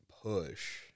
push